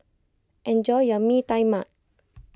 enjoy your Mee Tai Mak